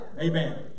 Amen